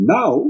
Now